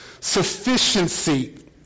Sufficiency